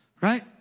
right